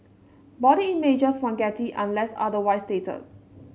body images from Getty unless otherwise stated